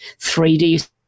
3D